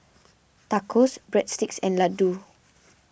Tacos Breadsticks and Ladoo